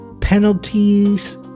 Penalties